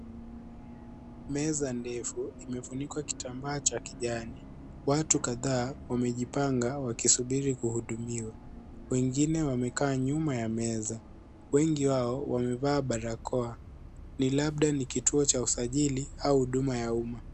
Meza ndefu imefunikwa kitambaa cha kijani , watu kadhaa wamejipanga wakisubiri kuhudumiwa. Wengine wamekaa nyuma ya meza, wengi wao wamevaa barakoa ni labda ni kituo cha usajili au huduma ya umma